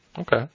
Okay